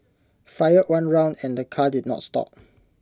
fired one round and the car did not stop